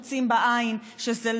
כאן.